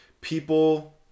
People